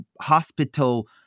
hospital